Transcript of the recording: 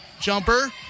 Jumper